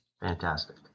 Fantastic